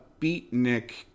beatnik